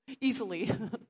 easily